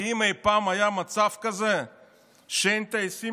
האם אי פעם היה מצב כזה שאין טייסים